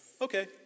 Okay